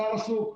השר עסוק.